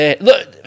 Look